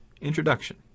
Introduction